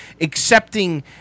accepting